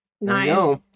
Nice